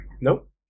Nope